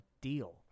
deal